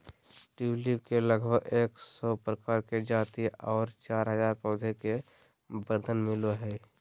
tulip के लगभग एक सौ प्रकार के जाति आर चार हजार पौधा के वर्णन मिलो हय